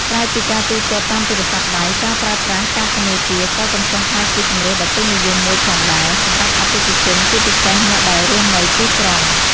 ក្រៅពីការទូទាត់តាមទូរស័ព្ទដៃ ការប្រើប្រាស់ កាតធនាគារ ក៏កំពុងក្លាយជាជម្រើសដ៏ពេញនិយមមួយផងដែរ សម្រាប់អតិថិជនជាពិសេសអ្នកដែលរស់នៅទីក្រុង។